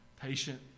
patient